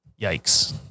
yikes